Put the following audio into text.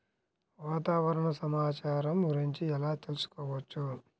వాతావరణ సమాచారం గురించి ఎలా తెలుసుకోవచ్చు?